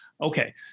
Okay